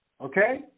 Okay